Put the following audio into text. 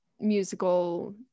musical